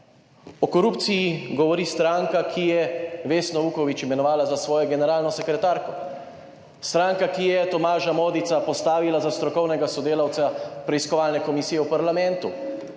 O korupciji govori stranka, ki je Vesno Vuković imenovala za svojo generalno sekretarko, stranka, ki je Tomaža Modica postavila za strokovnega sodelavca preiskovalne komisije v parlamentu